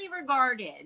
regarded